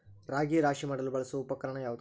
ರಾಗಿ ರಾಶಿ ಮಾಡಲು ಬಳಸುವ ಉಪಕರಣ ಯಾವುದು?